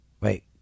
wait